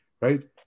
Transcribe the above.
right